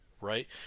right